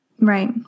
Right